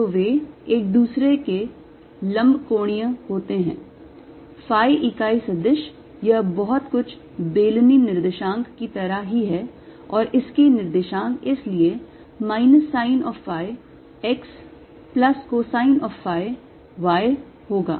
तो वे एक दूसरे के लम्बकोणीय होते हैं phi इकाई सदिश यह बहुत कुछ बेलनी निर्देशांक की तरह ही है और इसके निर्देशांक इसलिए minus sine of phi x plus cosine of phi y होगा